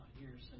years